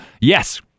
yes